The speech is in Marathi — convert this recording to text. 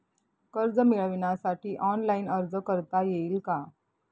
कर्ज मिळविण्यासाठी ऑनलाइन अर्ज करता येईल का?